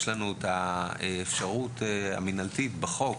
יש לנו את האפשרות המינהלית בחוק